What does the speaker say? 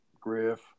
Griff